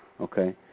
Okay